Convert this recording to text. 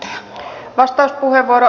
arvoisa puhemies